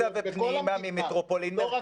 עם דגש על תחבורה החוצה ופנימה ממטרופולין מרכזי.